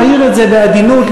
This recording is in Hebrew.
אעיר את זה בעדינות,